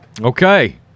Okay